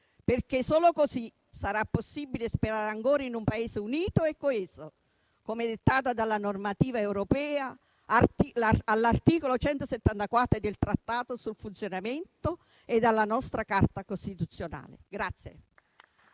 legge. Solo così sarà possibile sperare ancora in un Paese unito e coeso, come dettato dalla normativa europea, all'articolo 174 del Trattato sul funzionamento dell'Unione europea, e dalla nostra Carta costituzionale.